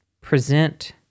present